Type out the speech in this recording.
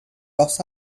los